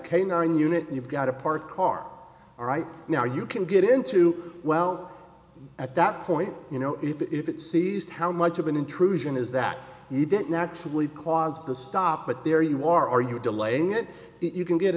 canine unit you've got a parked car right now you can get into well at that point you know if it sees how much of an intrusion is that you didn't actually cause to stop but there you are are you delaying it you can get